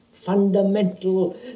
fundamental